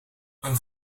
een